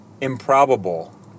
improbable